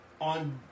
on